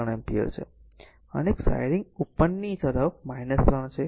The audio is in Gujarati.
તેથી એક સાઈરીંગ ઉપરની તરફ 3 છે